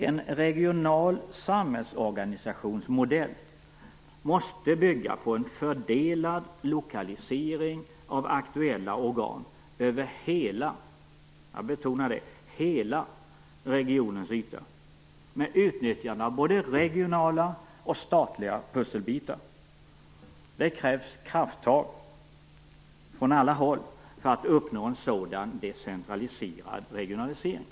En regional samhällsorganisationsmodell måste bygga på en fördelad lokalisering av aktuella organ över hela regionens yta med utnyttjande av både regionala och statliga pusselbitar. Det krävs krafttag från alla håll för att uppnå en sådan decentraliserad regionalisering.